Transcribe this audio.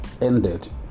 ended